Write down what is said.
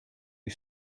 you